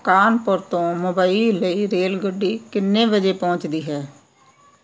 ਕਾਨਪੁਰ ਤੋਂ ਮੁੰਬਈ ਲਈ ਰੇਲਗੱਡੀ ਕਿੰਨੇ ਵਜੇ ਪਹੁੰਚਦੀ ਹੈ